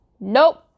Nope